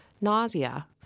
nausea